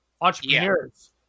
entrepreneurs